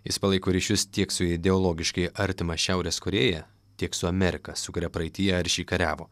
jis palaiko ryšius tiek su ideologiškai artima šiaurės korėja tiek su amerika su kuria praeityje aršiai kariavo